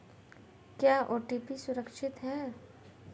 क्या ओ.टी.पी सुरक्षित है?